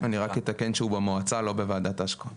אני רק אתקן שהוא במועצה ולא בוועדת ההשקעות.